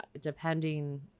depending